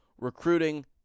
recruiting